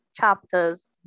chapters